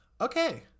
Okay